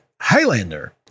Highlander